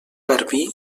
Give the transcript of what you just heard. garbí